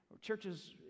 Churches